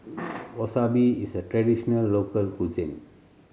wasabi is a traditional local cuisine